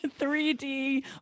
3D